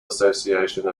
association